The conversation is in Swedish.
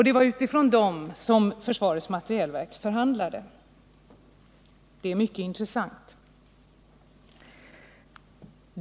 Det var utifrån dem som försvarets materielverk förhandlade. Det är mycket intressant.